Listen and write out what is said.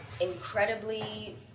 incredibly